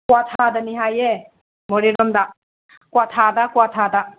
ꯀ꯭ꯋꯥꯊꯥꯗꯅꯤ ꯍꯥꯏꯌꯦ ꯃꯣꯔꯦ ꯔꯣꯝꯗ ꯀ꯭ꯋꯥꯊꯥꯗ ꯀ꯭ꯋꯥꯊꯥꯗ